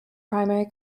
primary